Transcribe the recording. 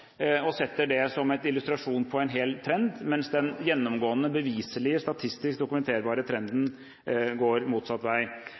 illustrasjon på en hel trend, mens den gjennomgående, beviselige, statistisk dokumenterbare trenden går motsatt vei.